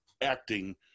acting